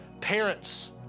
Parents